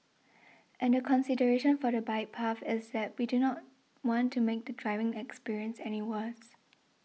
and the consideration for the bike path is that we do not want to make the driving experience any worse